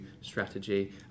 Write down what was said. strategy